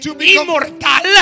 inmortal